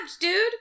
dude